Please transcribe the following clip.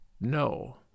No